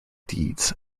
deeds